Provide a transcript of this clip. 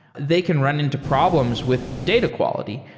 they can run into problems with data quality.